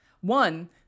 One